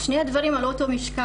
שני הדברים על אותו משקל